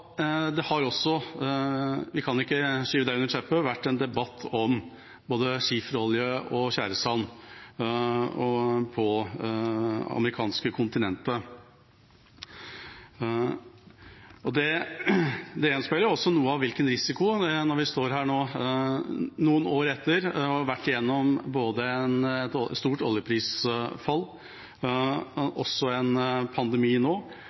det har vært en debatt om både skiferolje og tjæresand på det amerikanske kontinentet. Det gjenspeiler noe av hvilken risiko det er, når vi står her nå, noen år etter, og har vært gjennom både et stort oljeprisfall og en pandemi